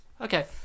Okay